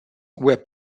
were